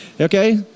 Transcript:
Okay